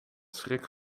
schrik